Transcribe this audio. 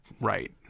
right